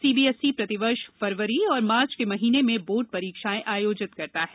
CBSE प्रतिवर्ष फरवरी और मार्च के महीने में बोर्ड परीक्षायें आयोजित करता है